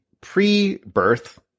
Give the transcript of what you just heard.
pre-birth